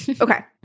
Okay